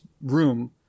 room